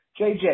JJ